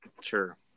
Sure